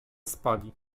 spali